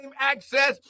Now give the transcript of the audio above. access